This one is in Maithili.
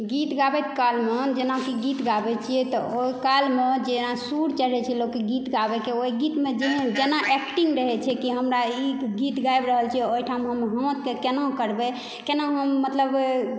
गीत गाबैत कालमे जेनाकि गीत गाबै छियै तऽ ओहि कालमे जेना सूर चढ़े छै लोकक गीत गाबैके ओहि गीतमे जेना जेहन एक्टिंग रहै छै की हमरा ई गीत गाबि रहल छी ओहिठाम हम हाथके केना करबै केना हम मतलब